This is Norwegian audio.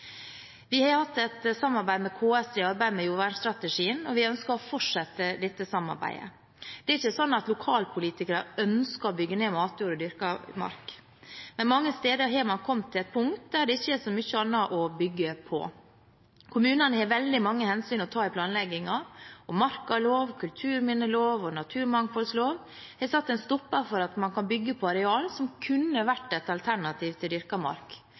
Vi har hatt et samarbeid med KS i arbeidet med jordvernstrategien, og vi ønsker å fortsette dette samarbeidet. Det er ikke sånn at lokalpolitikere ønsker å bygge ned matjord og dyrket mark, men mange steder har man kommet til et punkt der det ikke er så mye annet å bygge på. Kommunene har veldig mange hensyn å ta i planleggingen, og markaloven, kulturminneloven og naturmangfoldloven har satt en stopper for at man kan bygge på areal som kunne vært et alternativ til dyrket mark.